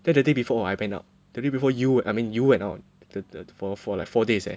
then the day before I went out the day before you I mean you went out the the for like four days eh